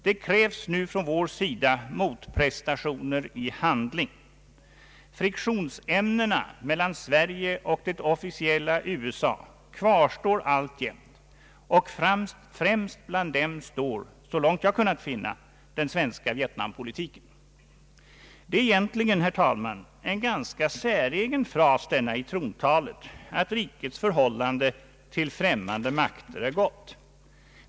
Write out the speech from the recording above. Det krävs nu från vår sida motprestationer i handling — friktionsämnena mellan Sverige och det officiella USA kvarstår alltjämt, och främst bland dem står, så långt jag kunnat finna, den svenska Vietnampolitiken. Det är egentligen, herr talman, en ganska säregen fras, denna i trontalet att ”rikets förhållande till främmande makter är gott”.